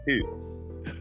two